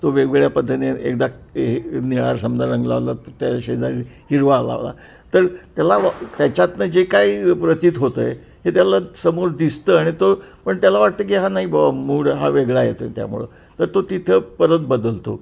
तो वेगवेगळ्या पद्धतीने एकदा हे निळा समजा रंग लावला तर त्याच्या शेजारी हिरवा लावला तर त्याला त्याच्यातून जे काही प्रतीत होत आहे हे त्याला समोर दिसतं आणि तो पण त्याला वाटतं की हा नाही बुवा मूड हा वेगळा येतो आहे त्यामुळं तर तो तिथं परत बदलतो